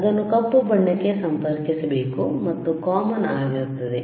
ಅದನ್ನು ಕಪ್ಪು ಬಣ್ಣಕ್ಕೆ ಸಂಪರ್ಕಿಸಬೇಕು ಮತ್ತು ಕೋಮನ್ ಆಗಿರುತ್ತದೆ